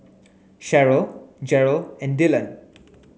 Sheryll Jerel and Dylon